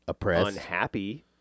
unhappy